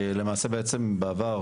למעשה בעצם בעבר,